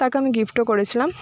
তাকে আমি গিফটও করেছিলাম